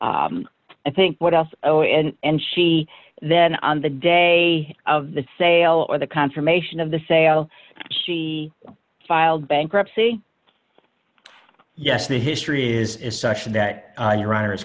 i think what else oh and she then on the day of the sale or the confirmation of the sale she filed bankruptcy yes the history is such that your honor